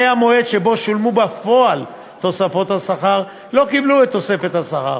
המועד שבו שולמו בפועל תוספות השכר לא קיבלו את תוספת השכר,